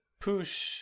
push